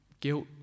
Guilt